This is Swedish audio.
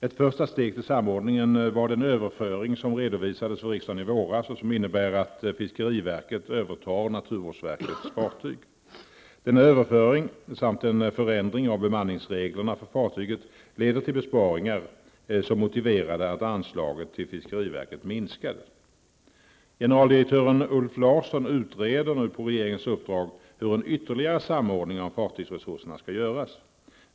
Ett första steg till samordning var den överföring som redovisades för riksdagen i våras och som innebär att fiskeriverket övertar naturvårdsverkets fartyg. Denna överföring samt en förändring av bemanningsreglerna för fartyget leder till besparingar som motiverade att anslaget till fiskeriverket minskades. Generaldirektören Ulf Larsson utreder på regeringens uppdrag hur en ytterligare samordning av fartygsresurserna skall göras.